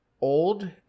Old